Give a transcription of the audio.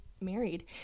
married